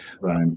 Right